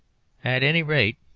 at any rate,